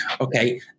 okay